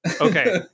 Okay